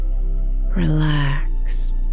relax